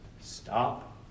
Stop